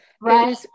Right